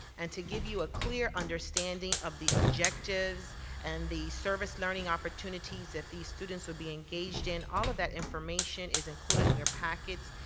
and to give you a clear understanding of the objectives and the service learning opportunities these students would be engaged in, all of that information is included in your packets.